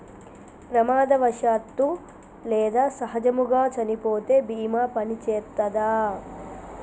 ప్రమాదవశాత్తు లేదా సహజముగా చనిపోతే బీమా పనిచేత్తదా?